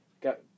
Got